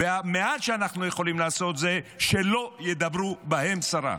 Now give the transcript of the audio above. והמעט שאנחנו יכולים לעשות זה שלא ידברו בהם סרה.